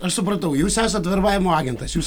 aš supratau jūs esat verbavimo agentas jūs